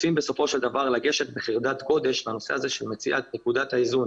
רוצים בסופו של דבר לגשת בחרדת קודש לנושא הזה של מציאת נקודת האיזון